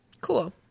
Cool